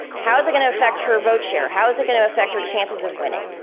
how is it gonna affect her vote share? how is it gonna affect her chances of winning?